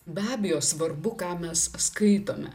be abejo svarbu ką mes skaitome